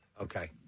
Okay